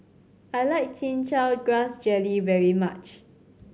I like Chin Chow Grass Jelly very much